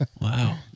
Wow